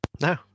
No